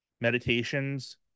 meditations